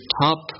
top